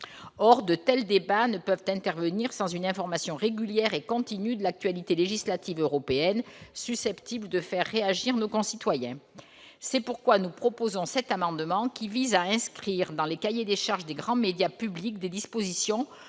Or de tels débats ne peuvent intervenir sans une information régulière et continue sur l'actualité législative européenne, susceptible de faire réagir nos concitoyens. Telles sont les raisons pour lesquelles nous proposons cet amendement, qui vise à inscrire dans les cahiers des charges des grands médias publics des dispositions